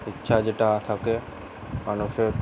ইচ্ছা যেটা থাকে মানুষের